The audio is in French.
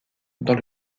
dans